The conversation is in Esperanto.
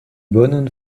bonon